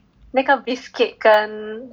那个 biscuit 跟